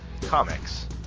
comics